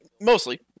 Mostly